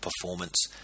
performance